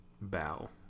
Bow